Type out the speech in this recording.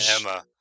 Emma